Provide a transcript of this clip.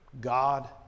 God